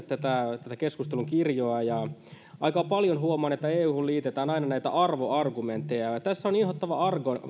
tätä tätä keskustelun kirjoa yleensä ja aika paljon huomaan että euhun liitetään aina näitä arvoargumentteja ja ja tässä on inhottavaa